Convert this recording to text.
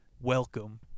Welcome